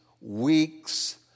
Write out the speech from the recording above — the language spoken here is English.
weeks